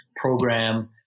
program